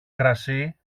κρασί